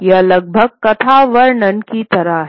यह लगभग कथा वर्णन की तरह है